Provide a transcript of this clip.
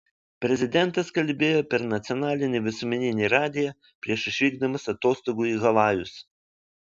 prezidentas kalbėjo per nacionalinį visuomeninį radiją prieš išvykdamas atostogų į havajus